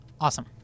Awesome